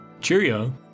Cheerio